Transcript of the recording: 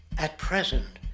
at present,